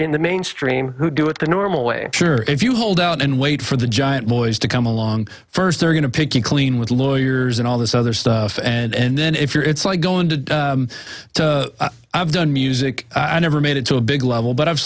in the mainstream who do it the normal way sure if you hold out and wait for the giant lawyers to come along first they're going to pick you clean with lawyers and all this other stuff and then if you're it's like going to i've done music i never made it to a big level but i've